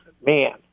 man